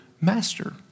master